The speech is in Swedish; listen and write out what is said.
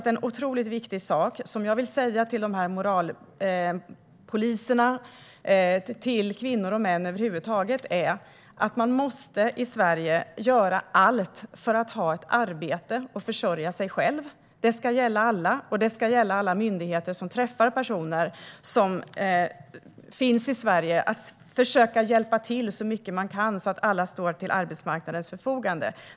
En otroligt viktig sak som jag vill säga till moralpoliserna och till kvinnor och män över huvud taget är att man i Sverige måste göra allt för att ha ett arbete och försörja sig själv. Det gäller alla, och alla myndigheter som träffar personer som finns i Sverige ska försöka hjälpa till så mycket de kan så att alla kan stå till arbetsmarknadens förfogande.